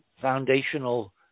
foundational